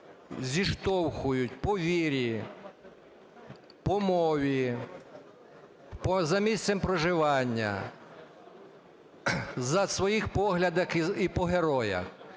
зіштовхують по вірі, по мові, за місцем проживання, за своїми поглядами і по героях,